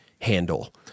handle